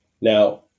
Now